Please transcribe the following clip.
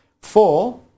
Four